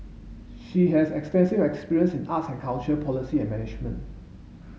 she has extensive experience in arts and culture policy and management